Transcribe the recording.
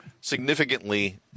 significantly